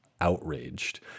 outraged